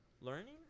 learning